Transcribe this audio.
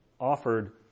offered